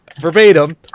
Verbatim